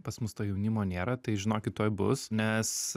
pas mus to jaunimo nėra tai žinokit tuoj bus nes